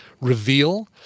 reveal